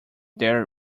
their